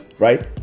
right